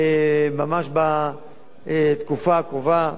ממש בתקופה הקרובה.